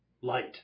light